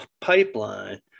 Pipeline